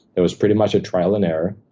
it was pretty much a trial and error.